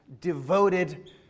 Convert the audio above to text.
devoted